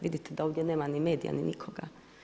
Vidite da ovdje nema ni medija ni nikoga.